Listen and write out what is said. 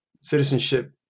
citizenship